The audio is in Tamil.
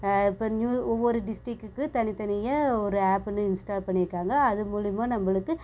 இப்போ நியூ ஒவ்வொரு டிஸ்ட்ரிக்குக்கு தனித்தனியாக ஒரு ஆப்புனு இன்ஸ்டால் பண்ணியிருக்காங்க அது மூலயமா நம்மளுக்கு